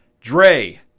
Dre